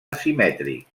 asimètric